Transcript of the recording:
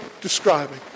describing